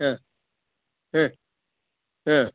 ಹಾಂ ಹಾಂ ಹಾಂ